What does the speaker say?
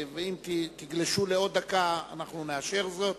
אם תגלשו לעוד דקה אנחנו נאשר זאת.